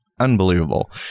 unbelievable